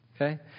Okay